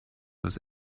los